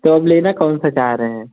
तो आप लेना कौनसा चाह रहे हैं